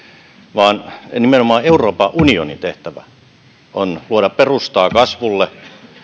vaan nimenomaan euroopan unionin tehtävä on luoda perustaa kasvulle